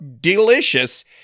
delicious